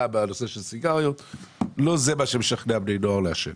בנושא של הסיגריות ולא זה מה שמשכנע בני נוער לעשן.